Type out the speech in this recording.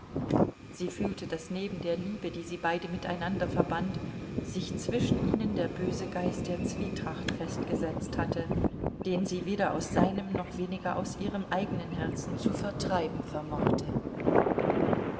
sie fühlte daß neben der liebe die sie beide miteinander verband sich zwischen ihnen der böse geist der zwietracht festgesetzt hatte den sie weder aus seinem noch weniger aus ihrem eigenen herzen zu vertreiben vermochte